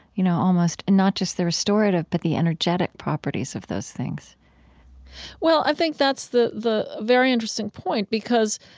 you know, almost not just the restorative, but the energetic properties of those things well, i think that's the the very interesting point because,